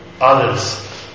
others